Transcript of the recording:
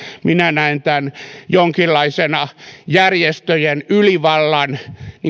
minä näen tämän jonkinlaisena järjestöjen ylivallan